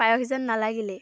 পায়স যেন নালাগিলেই